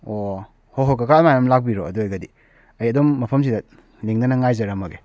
ꯑꯣ ꯍꯣꯏ ꯍꯣꯏ ꯀꯀꯥ ꯑꯗꯨꯃꯥꯏꯅ ꯑꯗꯨꯝ ꯂꯥꯛꯄꯤꯔꯣ ꯑꯗꯨ ꯑꯣꯏꯔꯒꯗꯤ ꯑꯩ ꯑꯗꯨꯝ ꯃꯐꯝꯁꯤꯗ ꯂꯦꯡꯗꯅ ꯉꯥꯏꯖꯔꯝꯃꯒꯦ